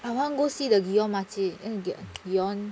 I want to go see the gionmachi in the gion